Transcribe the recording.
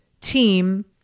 team